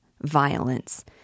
violence